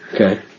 Okay